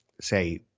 say